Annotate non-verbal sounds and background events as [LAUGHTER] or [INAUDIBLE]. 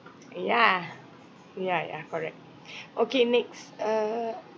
ya ya ya correct [BREATH] okay next uh